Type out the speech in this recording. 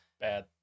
Bad